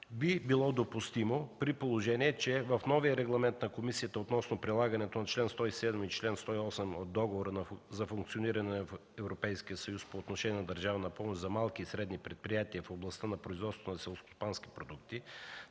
би било допустимо, при положение че в новия регламент на комисията относно прилагането на чл. 107 и 108 от Договора за функциониране на Европейския съюз по отношение на държавна помощ за малки и средни предприятия в областта на производството на селскостопански продукти